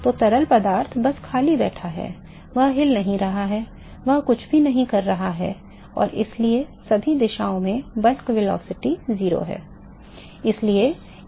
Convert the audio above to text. जो तरल पदार्थ बस खाली बैठा है वह हिल नहीं रहा है वह कुछ भी नहीं कर रहा है और इसलिए सभी दिशाओं में bulk velocity 0 है